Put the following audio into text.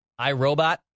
iRobot